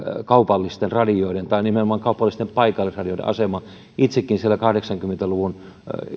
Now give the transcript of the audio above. kaupallisten radioiden tai nimenomaan kaupallisten paikallisradioiden asema itsekin siellä kahdeksankymmentä luvun